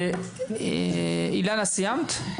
אילנה סיימת?